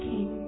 King